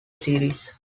series